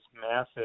massive